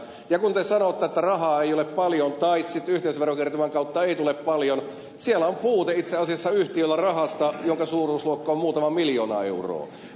ja kun te sanotte että rahaa ei ole paljon tai sitten yhteisöverokertymän kautta ei tule paljon siellä on puute itse asiassa yhtiöillä rahasta jonka suuruusluokka on muutama miljoona euroa